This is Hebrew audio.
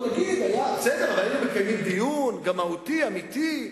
היינו מקיימים דיון מהותי, אמיתי,